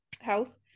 health